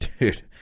Dude